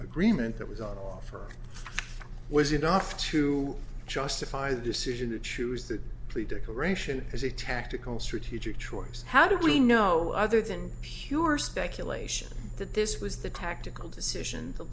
agreement that was on offer was enough to justify the decision to choose that plea to corporation as a tactical strategic choice how do we know other than pure speculation that this was the tactical decision the